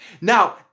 Now